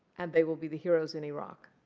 and they will be the heroes in iraq.